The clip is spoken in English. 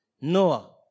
Noah